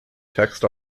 text